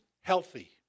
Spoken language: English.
healthy